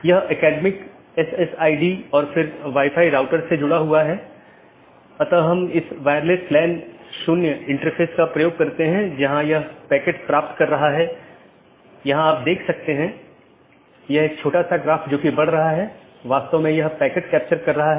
तो इसके लिए कुछ आंतरिक मार्ग प्रोटोकॉल होना चाहिए जो ऑटॉनमस सिस्टम के भीतर इस बात का ध्यान रखेगा और एक बाहरी प्रोटोकॉल होना चाहिए जो इन चीजों के पार जाता है